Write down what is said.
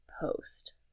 post